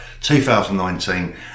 2019